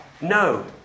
No